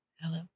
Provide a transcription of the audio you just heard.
Hello